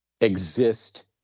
exist